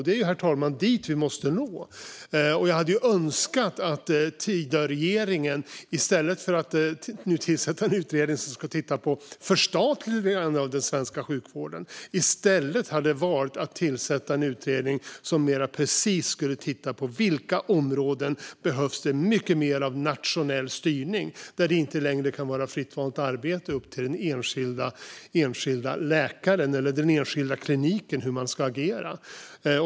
Det är dit vi måste nå, herr talman. Jag hade önskat att Tidöregeringen i stället för att nu tillsätta en utredning som ska titta på förstatligande av den svenska sjukvården hade valt att tillsätta en utredning som mer precist skulle titta på vilka områden det behövs mycket mer av nationell styrning på. Där kan det inte längre vara fritt valt arbete och upp till den enskilda läkaren eller kliniken hur man ska agera.